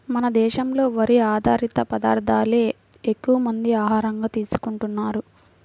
మన దేశంలో వరి ఆధారిత పదార్దాలే ఎక్కువమంది ఆహారంగా తీసుకుంటన్నారు